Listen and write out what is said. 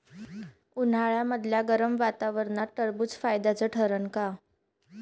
उन्हाळ्यामदल्या गरम वातावरनात टरबुज फायद्याचं ठरन का?